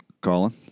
Colin